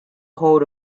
hold